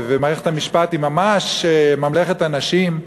ומערכת המשפט היא ממש ממלכת הנשים,